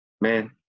man